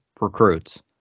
recruits